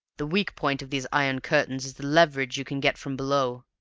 the weak point of these iron curtains is the leverage you can get from below.